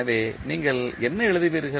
எனவே நீங்கள் என்ன எழுதுவீர்கள்